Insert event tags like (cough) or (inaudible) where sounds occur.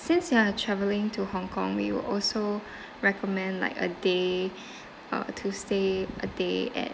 since you are travelling to hong kong we will also recommend like a day (breath) uh to stay a day at